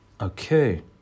okay